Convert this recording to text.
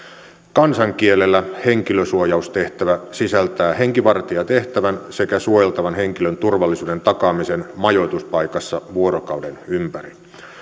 kansankielellä henkilösuojaustehtävä sisältää henkivartijatehtävän sekä suojeltavan henkilön turvallisuuden takaamisen majoituspaikassa vuorokauden ympäri